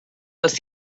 els